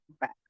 back